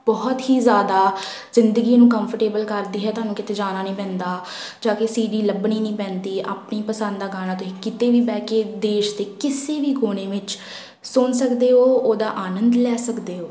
ਬਹੁਤ ਹੀ ਜ਼ਿਆਦਾ ਜ਼ਿੰਦਗੀ ਨੂੰ ਕੰਫਰਟੇਬਲ ਕਰਦੀ ਹੈ ਤੁਹਾਨੂੰ ਕਿਤੇ ਜਾਣਾ ਨਹੀਂ ਪੈਂਦਾ ਜਾ ਕੇ ਸੀ ਡੀ ਲੱਭਣੀ ਨਹੀਂ ਪੈਂਦੀ ਆਪਣੀ ਪਸੰਦ ਦਾ ਗਾਣਾ ਤੁਸੀਂ ਕਿਤੇ ਵੀ ਬਹਿ ਕੇ ਦੇਸ਼ ਦੇ ਕਿਸੇ ਵੀ ਕੋਨੇ ਵਿੱਚ ਸੁਣ ਸਕਦੇ ਹੋ ਉਹਦਾ ਆਨੰਦ ਲੈ ਸਕਦੇ ਹੋ